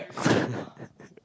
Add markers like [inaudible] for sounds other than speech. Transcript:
[laughs]